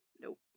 Nope